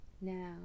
Now